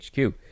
HQ